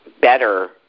better